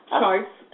charts